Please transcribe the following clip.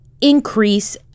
increase